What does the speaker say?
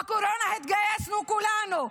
בקורונה התגייסנו כולנו.